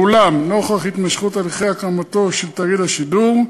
ואולם, נוכח התמשכות הליכי הקמתו של תאגיד השידור,